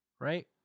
right